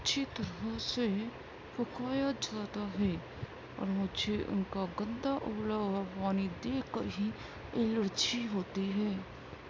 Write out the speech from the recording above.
اچھی طرح سے پکایا جاتا ہے اور مجھے ان کا گندا ابلا ہوا پانی دیکھ کر ہی الرجی ہوتی ہے